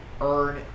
earn